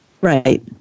Right